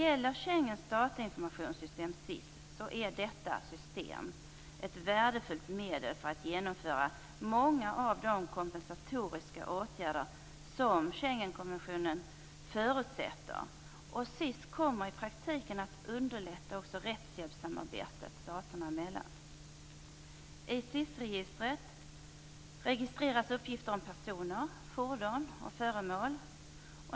Schengens datainformationssystem, SIS, är ett värdefullt medel för att genomföra många av de kompensatoriska åtgärder som Schengenkonventionen förutsätter. SIS kommer i praktiken att underlätta rättshjälpssamarbetet staterna emellan. I SIS-registret registreras uppgifter om personer, fordon och föremål.